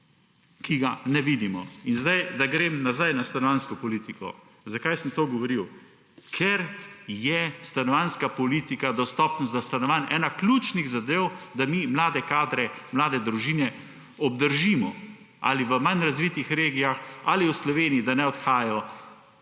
ki ga ne vidimo. Da grem nazaj na stanovanjsko politiko. Zakaj sem to govoril? Ker je stanovanjska politika, dostopnost do stanovanj ena ključnih zadev, da mi mlade kadre, mlade družine obdržimo ali v manj razvitih regijah ali v Sloveniji, da ne odhajajo